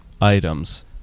Items